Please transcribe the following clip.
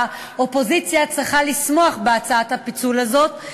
האופוזיציה צריכה לשמוח בהצעת הפיצול הזאת,